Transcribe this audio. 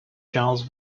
charles